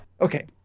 okay